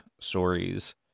stories